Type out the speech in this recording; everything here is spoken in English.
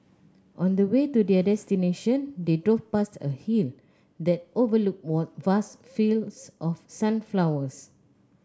on the way to their destination they drove past a hill that overlooked vast fields of sunflowers